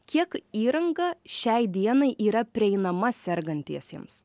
kiek įranga šiai dienai yra prieinama sergantiesiems